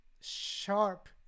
sharp